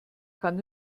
kann